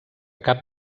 cap